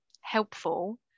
helpful